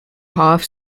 half